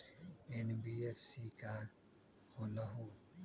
NBFC का होलहु?